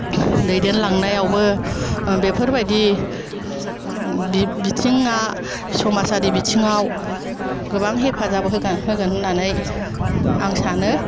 दैदेनलांनायावबो बेफोरबायदि बिथिङा समाजारि बिथिङाव गोबां हेफाजाब होगोन होननानै आं सानो